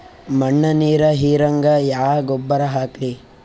ಮಣ್ಣ ನೀರ ಹೀರಂಗ ಯಾ ಗೊಬ್ಬರ ಹಾಕ್ಲಿ?